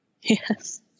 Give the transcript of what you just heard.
Yes